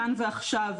כאן ועכשיו,